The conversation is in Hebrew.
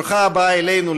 ברוכה הבאה אלינו,